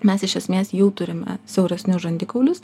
mes iš esmės jau turime siauresnius žandikaulius